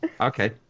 Okay